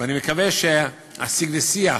ואני מקווה שהשיג והשיח